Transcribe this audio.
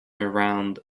around